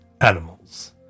animals